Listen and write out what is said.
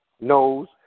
knows